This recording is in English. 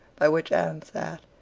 by which anne sat,